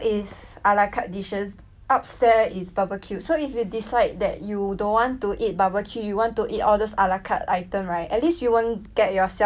upstairs is barbecue so if you decide that you don't want to eat barbeque you want to eat all those ala carte item right at least you won't get yourself all the barbecue smell